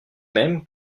même